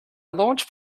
launch